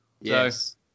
Yes